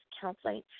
Counseling